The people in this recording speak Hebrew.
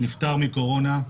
שנפטר מקורונה,